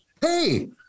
hey